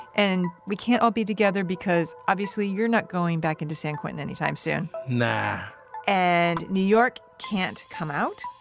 and we can't all be together, because obviously you're not going back into san quentin anytime soon nah and new york can't come out.